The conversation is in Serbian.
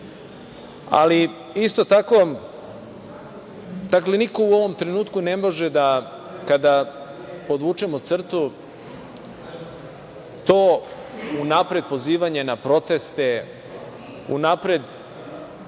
isto tako, niko u ovom trenutku ne može da, kada podvučemo crtu to unapred pozivanje na proteste, unapred